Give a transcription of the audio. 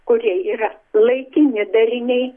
kurie yra laikini dariniai